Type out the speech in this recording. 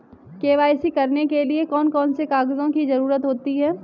KYC करने के लिए कौन कौन से कागजों की जरूरत होती है?